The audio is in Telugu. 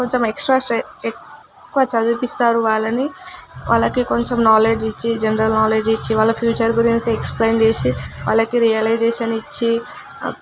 కొంచెం ఎక్స్ట్రా స్ట్రే ఎక్కువ చదివిపిస్తారు వాళ్ళని అలాగే కొంచెం నాలెడ్జ్ ఇచ్చి జనరల్ నాలెడ్జ్ ఇచ్చి వాళ్ళ ఫ్యూచర్ గురించి ఎక్స్ప్లెయిన్ చేసి వాళ్ళకి రియలైజషన్ ఇచ్చి